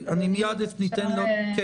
אני מעונין לקדם